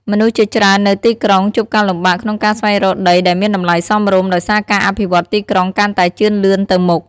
មនុស្សជាច្រើននៅទីក្រុង ជួបការលំបាកក្នុងការស្វែងរកដីដែលមានតម្លៃសមរម្យ ដោយសារការអភិវឌ្ឍទីក្រុងកាន់តែជឿនលឿនទៅមុខ។